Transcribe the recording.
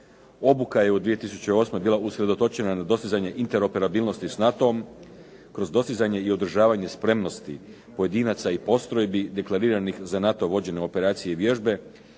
Obuka je u 2008. bila usredotočena na dostizanje interoperabilnosti s NATO-om kroz dostizanje i održavanje spremnosti pojedinaca i postrojbi deklariranih za NATO vođene operacije i vježbe